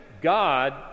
God